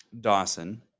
Dawson